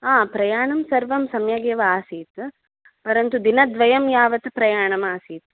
आ प्रयाणं सर्वं सम्यगेव आसीत् परन्तु दिनद्वयं यावत् प्रयाणम् आसीत्